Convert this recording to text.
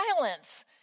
violence